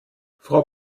frau